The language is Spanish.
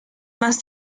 más